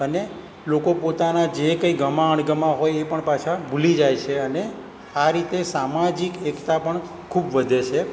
અને લોકો પોતાના જે કંઈ ગમા અણગમા હોય એ પણ પાછા ભૂલી જાય છે અને આ રીતે સામાજિક એકતા પણ ખૂબ વધે છે